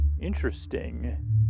interesting